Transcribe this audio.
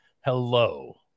hello